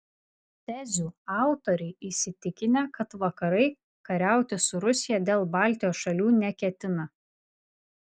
tezių autoriai įsitikinę kad vakarai kariauti su rusija dėl baltijos šalių neketina